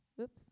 Oops